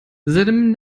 seinem